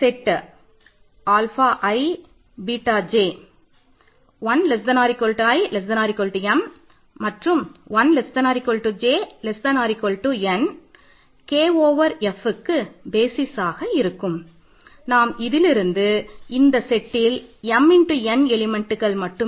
set j 1im 1 j n K over m